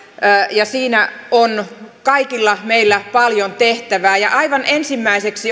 ja siinä on kaikilla meillä paljon tehtävää aivan ensimmäiseksi